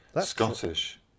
Scottish